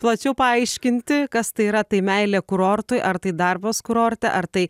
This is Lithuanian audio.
plačiau paaiškinti kas tai yra tai meilė kurortui ar tai darbas kurorte ar tai